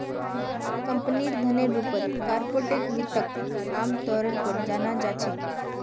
कम्पनीर धनेर रूपत कार्पोरेट वित्तक आमतौर पर जाना जा छे